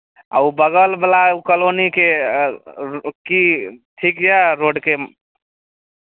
आ ओ बगलवला ओ कॉलोनीके की ठीक यए रोडके